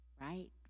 right